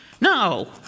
No